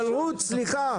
אבל, רות, סליחה.